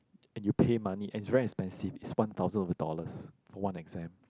and you pay money and it's very expensive it's one thousand over dollars for one exam